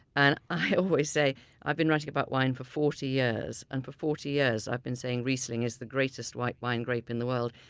and i always say i've been writing about wine for forty years, and for forty years i've been saying riesling is the greatest white wine grape in the world.